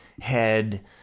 head